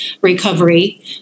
recovery